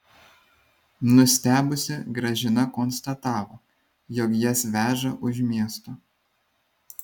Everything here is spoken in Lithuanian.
nustebusi gražina konstatavo jog jas veža už miesto